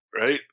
right